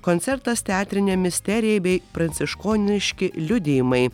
koncertas teatrinė misterija bei pranciškoniški liudijimai